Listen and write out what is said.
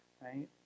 right